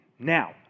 Now